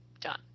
done